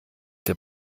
der